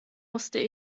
musste